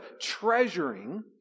treasuring